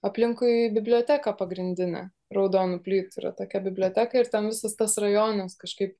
aplinkui biblioteką pagrindinę raudonų plytų yra tokia biblioteka ir ten visas tas rajonas kažkaip